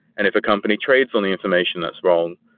and if a company trades on the information that's wrong,